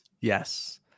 Yes